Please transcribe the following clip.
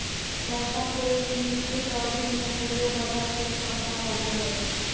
पैसा के एक निश्चित अवधि में मूल्य बढ़य के क्षमता होबो हइ